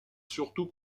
surtout